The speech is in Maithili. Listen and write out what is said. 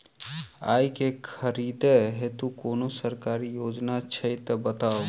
आइ केँ खरीदै हेतु कोनो सरकारी योजना छै तऽ बताउ?